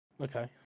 okay